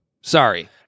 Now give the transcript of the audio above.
Sorry